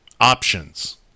options